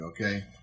Okay